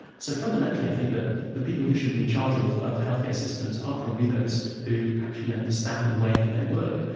so fundamentally i think that the people who should be in charge of of health care systems are probably those who actually understand the way that they work.